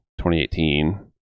2018